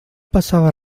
passava